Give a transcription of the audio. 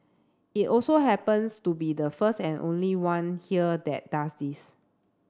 it also happens to be the first and only one here that does this